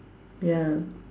ya